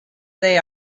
they